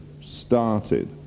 started